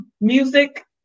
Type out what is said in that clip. music